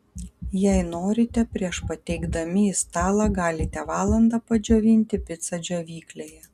jei norite prieš pateikdami į stalą galite valandą padžiovinti picą džiovyklėje